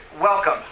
welcome